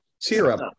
syrup